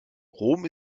rom